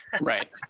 Right